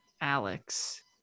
alex